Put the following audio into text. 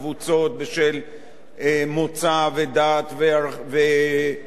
מוצא ודת ומין וכו'.